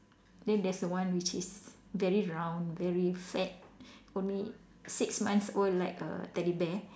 then there's one which is very round very fat only six months old like a teddy bear